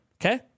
Okay